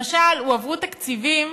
למשל, הועברו תקציבים